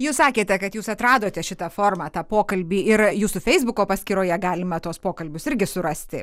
jūs sakėte kad jūs atradote šitą formą tą pokalbį ir jūsų feisbuko paskyroje galima tuos pokalbius irgi surasti